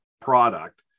product